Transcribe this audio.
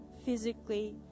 physically